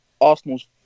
Arsenal's